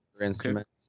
instruments